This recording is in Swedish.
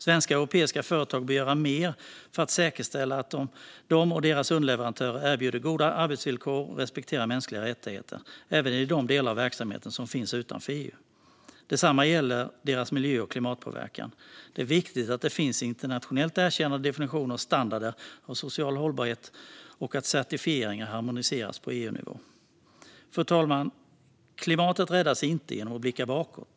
Svenska och europeiska företag bör göra mer för att säkerställa att de och deras underleverantörer erbjuder goda arbetsvillkor och respekterar mänskliga rättigheter, även i de delar av verksamheten som finns utanför EU. Detsamma gäller deras miljö och klimatpåverkan. Det är viktigt att det finns internationellt erkända definitioner och standarder av social hållbarhet och att certifieringar harmonieras på EU-nivå. Fru talman! Klimatet räddas inte genom att man blickar bakåt.